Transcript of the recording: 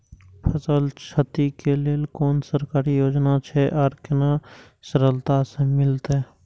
फसल छति के लेल कुन सरकारी योजना छै आर केना सरलता से मिलते?